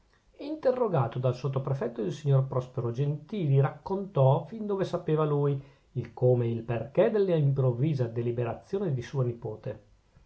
interrogato dal sottoprefetto il signor prospero gentili raccontò fin dove sapeva lui il come e il perchè della improvvisa deliberazione di sua nepote